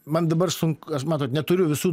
man dabar sunku aš matot neturiu visų